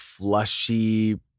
flushy